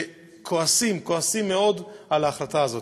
שכועסים, כועסים מאוד, על ההחלטה הזאת.